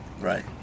Right